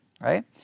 right